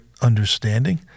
understanding